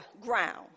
ground